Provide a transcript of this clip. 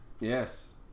Yes